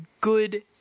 good